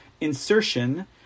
insertion